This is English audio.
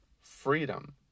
freedom